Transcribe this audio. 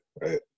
right